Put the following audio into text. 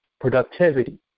productivity